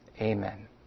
Amen